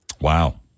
Wow